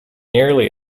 nearly